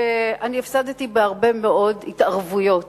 ואני הפסדתי בהרבה מאוד התערבויות,